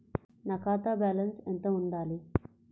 నా ఖాతా బ్యాలెన్స్ ఎంత ఉండాలి?